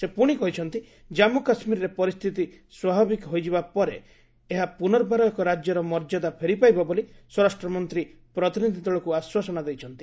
ସେ ପୁଣି କହିଛନ୍ତି କାମ୍ମୁ କାଶ୍କୀରରେ ପରିସ୍ଥିତି ସ୍ୱାଭାବିକ ହୋଇଯିବା ପରେ ଏହା ପୁନର୍ବାର ଏକ ରାଜ୍ୟର ମର୍ଯ୍ୟଦା ଫେରିପାଇବ ବୋଲି ସ୍ୱରାଷ୍ଟ୍ରମନ୍ତ୍ରୀ ପ୍ରତିନିଧି ଦଳକୁ ଆଶ୍ୱାସନା ଦେଇଛନ୍ତି